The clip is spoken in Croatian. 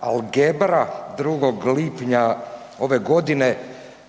Algebra 2. lipnja ove godine